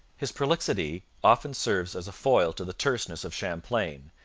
his prolixity often serves as a foil to the terseness of champlain,